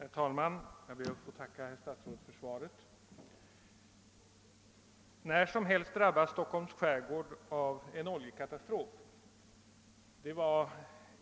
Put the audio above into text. Herr talman! Jag ber att få tacka herr statsrådet för svaret. När som helst drabbas Stockholms skärgård av en oljekatastrof — det var